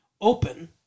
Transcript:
open